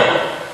זהו.